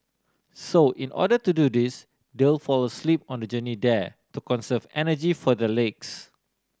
so in order to do this they'll fall asleep on the journey there to conserve energy for the legs